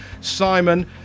Simon